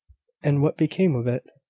and what became of it?